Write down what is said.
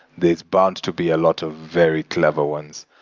that it's bound to be a lot of very clever ones.